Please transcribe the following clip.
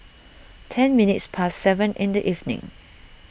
ten minutes past seven in the evening